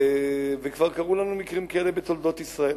כבר קרו לנו מקרים כאלה בתולדות ישראל,